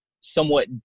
somewhat